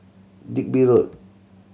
Digby Road